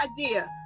idea